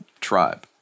tribe